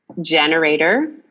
generator